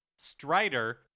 Strider